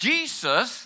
Jesus